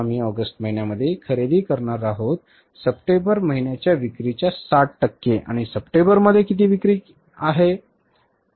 आम्ही ऑगस्ट महिन्यात खरेदी करणार आहोत सप्टेंबर महिन्यांच्या विक्रीच्या 60 टक्के आणि सप्टेंबरमध्ये विक्री किती आहे